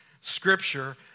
scripture